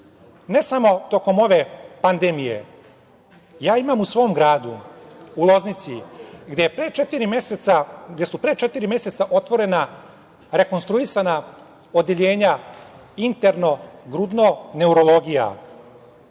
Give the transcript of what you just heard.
ne samo tokom ove pandemije, ja imam svom gradu, u Loznici, gde su pre četiri meseca otvorena rekonstruisana odeljenja interno, grudno, neurologija,